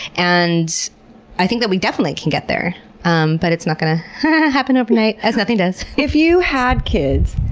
and i think that we definitely can get there um but it's not gonna happen overnight, as nothing does. if you had kids,